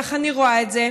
כך אני רואה את זה.